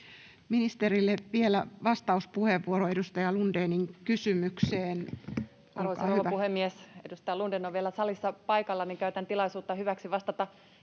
Ministerille vielä vastauspuheenvuoro edustaja Lundénin kysymykseen, olkaa hyvä. Arvoisa rouva puhemies! Kun edustaja Lundén on vielä salissa paikalla, niin käytän tilaisuutta hyväksi vastata